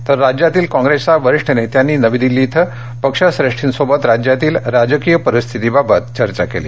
तर राज्यातील काँप्रेसच्या वरिष्ठ नेत्यांनी नवी दिल्ली इथं पक्षश्रेष्ठींसोबत राज्यातील राजकीय परिस्थितीबाबत त्यांच्याशी चर्चा केली